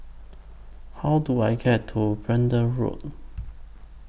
How Do I get to Braddell Road